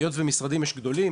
היות שיש משרדים גדולים,